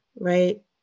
right